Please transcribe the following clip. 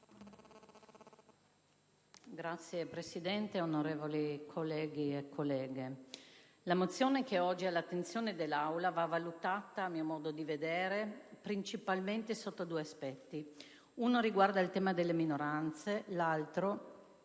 Signora Presidente, onorevoli colleghi e colleghe, la mozione che è oggi all'attenzione dell'Aula va valutata, a mio modo di vedere, principalmente sotto due aspetti: uno riguarda il tema delle minoranze, l'altro